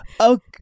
okay